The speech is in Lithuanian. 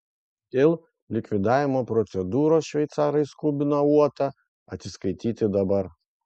dėl likvidavimo procedūros šveicarai skubina uotą atsiskaityti dabar